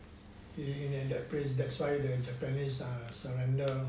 in that place that's why the japanese surrender